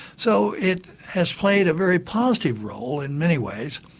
so it has played a very positive role in many ways.